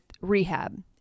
rehab